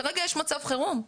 כרגע יש מצב חירום,